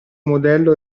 modello